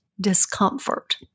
discomfort